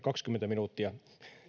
kaksikymmentä minuuttia